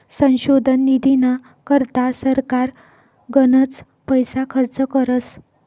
संशोधन निधीना करता सरकार गनच पैसा खर्च करस